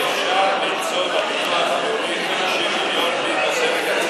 אפשר למצוא בביטוח הלאומי 50 מיליון,